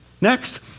Next